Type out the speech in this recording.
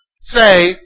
say